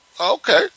Okay